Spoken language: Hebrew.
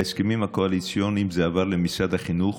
בהסכמים הקואליציוניים זה עבר למשרד החינוך